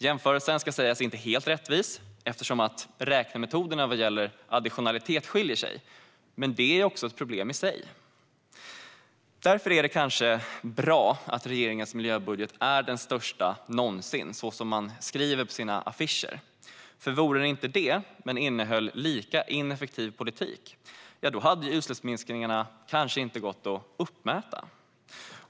Det ska sägas att jämförelsen inte är helt rättvis eftersom räknemetoderna vad gäller additionalitet skiljer sig, men det är i sig ett problem. Därför är det kanske bra att regeringens miljöbudget är den största någonsin, som man skriver på sina affischer, för vore den inte det men samtidigt innehöll lika ineffektiv politik hade ju utsläppsminskningarna kanske inte gått att mäta.